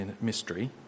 mystery